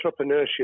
entrepreneurship